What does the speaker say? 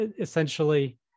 Essentially